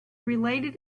related